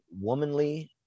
womanly